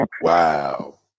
Wow